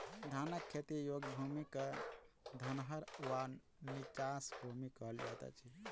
धानक खेती योग्य भूमि क धनहर वा नीचाँस भूमि कहल जाइत अछि